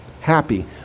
happy